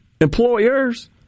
employers